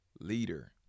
leader